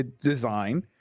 design